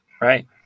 Right